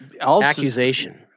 accusation